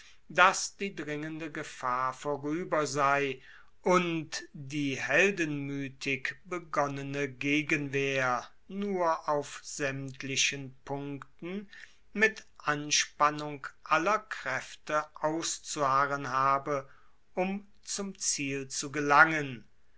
dass die dringende gefahr vorueber sei und die heldenmuetig begonnene gegenwehr nur auf saemtlichen punkten mit anspannung aller kraefte auszuharren habe um zum ziel zu gelangen